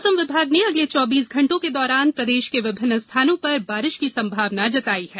मौसम विभाग ने अगले चौबीस घंटों के दौरान प्रदेश के विभिन्न स्थानों पर बारिश की संभावना जताई है